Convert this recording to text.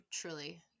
truly